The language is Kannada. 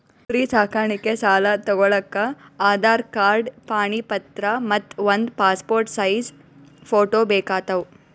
ಕುರಿ ಸಾಕಾಣಿಕೆ ಸಾಲಾ ತಗೋಳಕ್ಕ ಆಧಾರ್ ಕಾರ್ಡ್ ಪಾಣಿ ಪತ್ರ ಮತ್ತ್ ಒಂದ್ ಪಾಸ್ಪೋರ್ಟ್ ಸೈಜ್ ಫೋಟೋ ಬೇಕಾತವ್